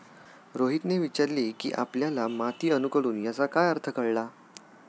रोहितने विचारले की आपल्याला माती अनुकुलन याचा काय अर्थ कळला?